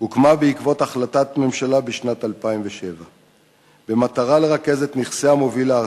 הוקמה בעקבות החלטת ממשלה בשנת 2007 במטרה לרכז את נכסי המוביל הארצי,